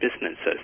businesses